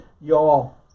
y'all